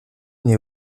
naît